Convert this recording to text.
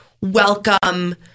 welcome